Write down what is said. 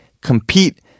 compete